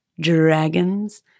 Dragons